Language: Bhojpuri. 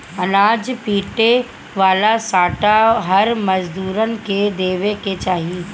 अनाज पीटे वाला सांटा हर मजूरन के देवे के चाही